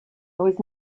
was